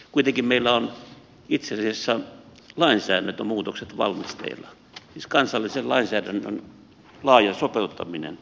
kuitenkin meillä on itse asiassa lainsäädäntömuutokset valmisteilla siis kansallisen lainsäädännön laaja sopeuttaminen